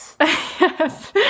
yes